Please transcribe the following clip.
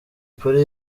polly